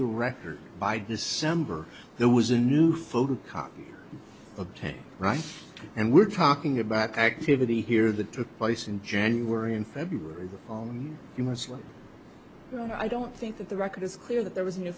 the record by december there was a new photocopy ok right and we're talking about activity here that took place in january and february you mostly i don't think that the record is clear that there was no